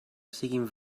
siguin